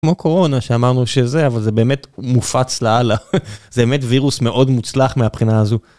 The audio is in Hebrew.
כמו קורונה שאמרנו שזה אבל זה באמת מופץ לאללה זה באמת וירוס מאוד מוצלח מהבחינה הזו.